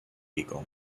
eagle